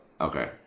Okay